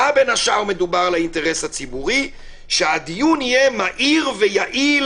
מה בין השאר מדובר על האינטרס הציבורי - שהדיון יהיה מהיר ויעיל,